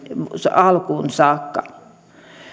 alkuun saakka